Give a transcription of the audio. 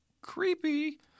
Creepy